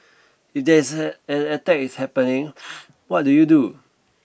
if there's an an attack is happening what do you do